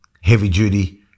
heavy-duty